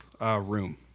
room